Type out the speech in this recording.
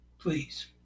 Please